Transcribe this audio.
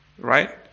right